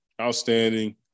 Outstanding